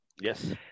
Yes